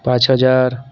पाच हजार